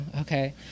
okay